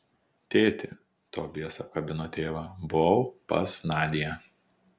tėti tobijas apkabino tėvą buvau pas nadią